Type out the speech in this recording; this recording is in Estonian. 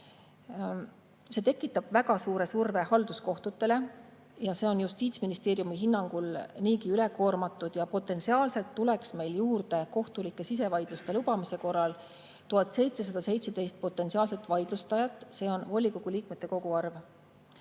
tekitab väga suure surve halduskohtutele, aga need on Justiitsministeeriumi hinnangul niigi ülekoormatud. Potentsiaalselt tuleks meil kohtulike sisevaidluste lubamise korral juurde 1717 potentsiaalset vaidlustajat. See on volikogu liikmete koguarv.